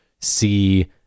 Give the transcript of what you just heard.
see